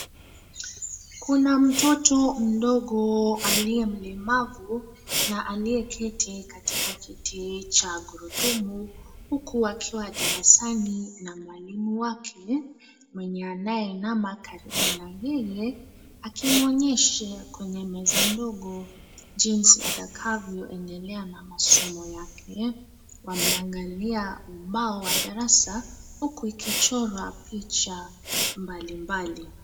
Kuna mtoto mdogo aliye mlemavu na aliyeketi katika kiti cha gurudumu, huku akiwa darasani na mwalimu wake. Mwenye anayeinama karibu na yeye, akimwonyesha kwenye meza ndogo, jinsi atakavyoendelea na masomo yake. Wameangalia ubao wa darasa huku ikichorwa picha mbalimbali.